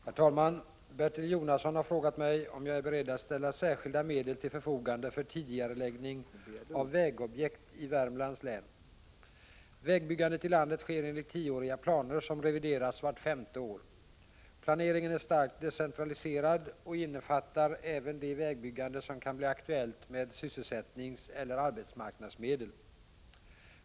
Herr talman! Bertil Jonasson har frågat mig om jag är beredd att ställa särskilda medel till förfogande för tidigareläggning av vägobjekt i Värmlands län. Vägbyggandet i landet sker enligt tioåriga planer som revideras vart femte år. Planeringen är starkt decentraliserad och innefattar även det vägbyggande med sysselsättningseller arbetsmarknadsmedel som kan bli aktuellt.